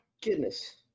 goodness